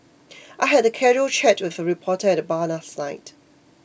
I had a casual chat with a reporter at the bar last night